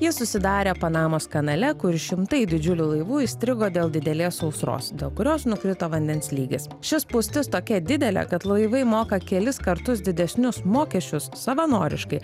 ji susidarė panamos kanale kur šimtai didžiulių laivų įstrigo dėl didelės sausros dėl kurios nukrito vandens lygis ši spūstis tokia didelė kad laivai moka kelis kartus didesnius mokesčius savanoriškai